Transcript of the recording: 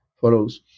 follows